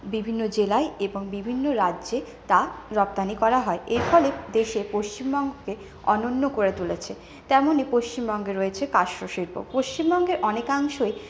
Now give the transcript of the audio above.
বিভিন্ন জেলায় এবং বিভিন্ন রাজ্যে তা রপ্তানি করা হয় এরফলে দেশে পশ্চিমবঙ্গে অনন্য করে তুলেছে তেমনি পশ্চিমবঙ্গে রয়েছে কাষ্ঠ শিল্প পশ্চিমবঙ্গের অনেকাংশই